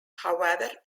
however